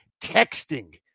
texting